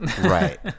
Right